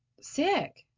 sick